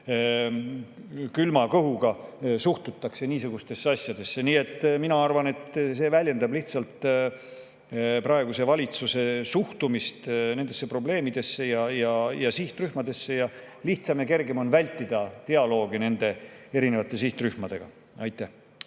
külma kõhuga niisugustesse asjadesse suhtutakse. Mina arvan, et see väljendab lihtsalt praeguse valitsuse suhtumist nendesse probleemidesse ja sihtrühmadesse. Lihtsam ja kergem on vältida dialoogi erinevate sihtrühmadega. Riina